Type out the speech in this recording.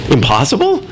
Impossible